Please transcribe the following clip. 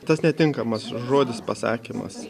tas netinkamas žodis pasakymas